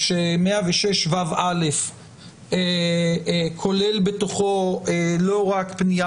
(א) בסעיף 106ו כולל בתוכו לא רק פנייה